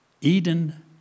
Eden